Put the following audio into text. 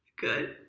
Good